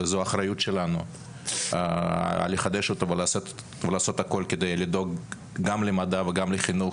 וזו אחריות שלנו לחדש אותו ולעשות הכל כדי לדאוג גם למדע וגם לחינוך,